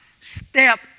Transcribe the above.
Step